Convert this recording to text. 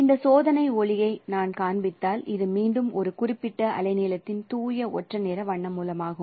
இந்த சோதனை ஒளியை நான் காண்பித்தால் இது மீண்டும் ஒரு குறிப்பிட்ட அலைநீளத்தின் தூய ஒற்றை நிற வண்ண மூலமாகும்